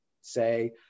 Say